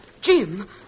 Jim